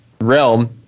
realm